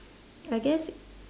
I guess